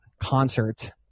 concert